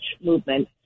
movement